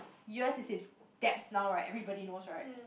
U_S is in debts now right everybody knows right